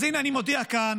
אז הינה, אני מודיע כאן